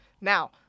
Now